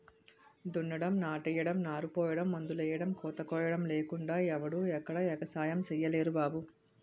దున్నడం, నాట్లెయ్యడం, నారుపొయ్యడం, మందులెయ్యడం, కోతకొయ్యడం లేకుండా ఎవడూ ఎక్కడా ఎగసాయం సెయ్యలేరు బాబూ